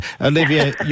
Olivia